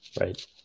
right